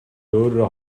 өөрөө